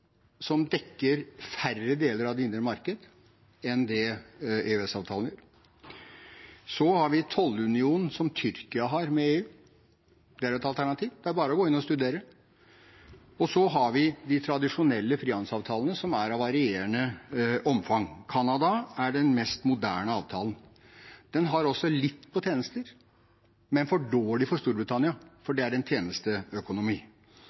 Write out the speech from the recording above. som dekker færre deler av det indre marked enn det EØS-avtalen gjør. Så har vi tollunionen som Tyrkia har med EU. Det er et alternativ. Det er bare å gå inn og studere. Så har vi de tradisjonelle frihandelsavtalene som er av varierende omfang. Canada har den mest moderne avtalen. Den har også litt for tjenester, men er for dårlig for Storbritannia,